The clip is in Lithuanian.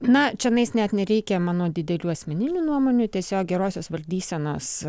na čianais net nereikia mano didelių asmeninių nuomonių tiesiog gerosios valdysenos